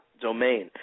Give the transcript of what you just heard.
domain